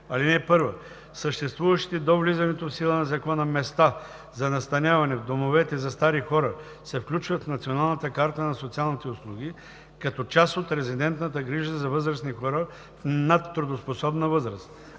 35: „§ 35. (1) Съществуващите до влизането в сила на закона места за настаняване в домовете за стари хора се включват в Националната карта на социалните услуги като част от резидентната грижа за възрастни хора в надтрудоспособна възраст.